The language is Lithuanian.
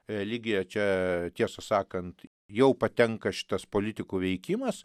religija čia tiesą sakant jau patenka šitas politikų veikimas